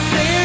Say